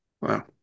Wow